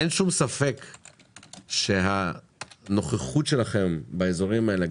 אין שום ספק שהנוכחות שלכם באזורים האלה,